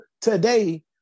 today